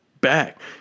back